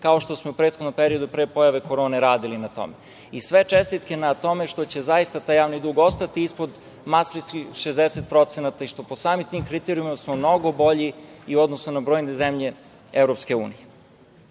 kao što smo u prethodnom periodu, pre pojave korone, radili na tome. Sve čestitke na tome što će zaista taj javni dug ostati ispod mastritskih 60% i što po samim tim kriterijumima smo mnogo bolji i u odnosu na brojne zemlje EU.Ono